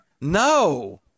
no